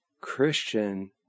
Christian